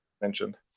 mentioned